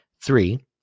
Three